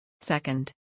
Second